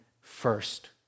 first